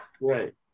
right